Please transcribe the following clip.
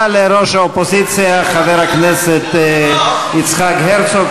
תודה לראש האופוזיציה חבר הכנסת יצחק הרצוג.